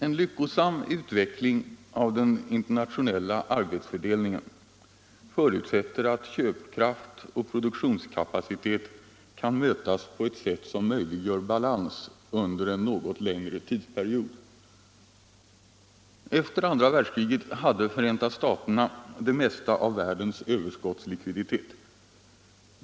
En lyckosam utveckling av den internationella arbetsfördelningen förutsätter att köpkraft och produktionskapacitet kan mötas på ett sätt som möjliggör balans under en något längre tidsperiod. Efter andra världs kriget hade Förenta staterna det mesta av världens överskottslikviditet.